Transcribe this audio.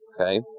Okay